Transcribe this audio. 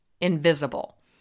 invisible